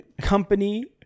company